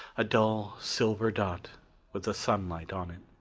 a dull silver dot with the sunlight on it.